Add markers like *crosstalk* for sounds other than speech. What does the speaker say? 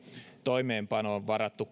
toimeenpanoon varattu *unintelligible*